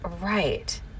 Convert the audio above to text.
Right